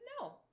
no